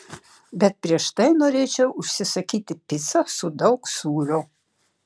bet prieš tai norėčiau užsisakyti picą su daug sūrio